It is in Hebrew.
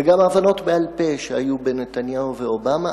וגם ההבנות בעל-פה שהיו בין נתניהו ואובמה,